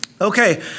Okay